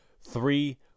three